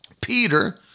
Peter